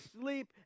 sleep